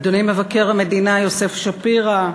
אדוני מבקר המדינה יוסף שפירא,